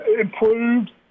improved